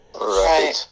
Right